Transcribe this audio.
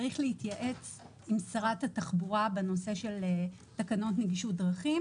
צריך להתייעץ עם שרת התחבורה בעניין תקנות נגישות דרכים